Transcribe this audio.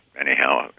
anyhow